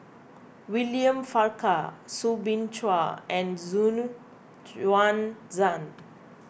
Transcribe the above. William Farquhar Soo Bin Chua and Xu Yuan Zhen